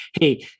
hey